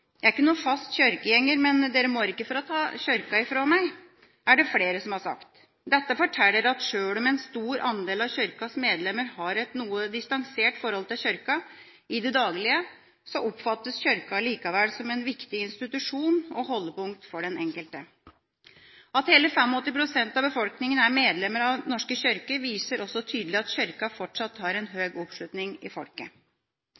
fast kirkegjenger, men dere må ikke ta kirka fra meg», er det flere som har sagt. Dette forteller at sjøl om en stor andel av Kirkas medlemmer har et noe distansert forhold til Kirka i det daglige, oppfattes Kirka allikevel som en viktig institusjon og holdepunkt for den enkelte. At hele 85 pst. av befolkninga er medlemmer av Den norske kirke, viser også tydelig at Kirka fortsatt har en